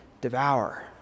devour